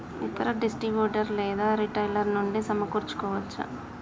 ఇతర డిస్ట్రిబ్యూటర్ లేదా రిటైలర్ నుండి సమకూర్చుకోవచ్చా?